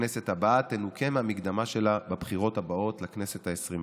בכנסת הבאה תנוכה מהמקדמה שלה בבחירות הבאות לכנסת העשרים-ושלוש.